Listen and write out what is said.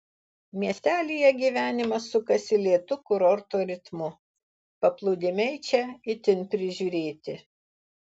miestelyje gyvenimas sukasi lėtu kurorto ritmu paplūdimiai čia itin prižiūrėti